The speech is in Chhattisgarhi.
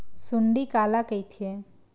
सुंडी काला कइथे?